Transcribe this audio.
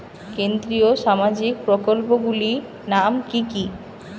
কেন্দ্রীয় সামাজিক প্রকল্পগুলি নাম কি কি?